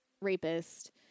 rapist